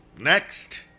next